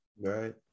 right